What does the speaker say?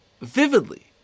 vividly